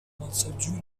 malsaĝulo